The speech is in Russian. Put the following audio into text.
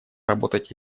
работать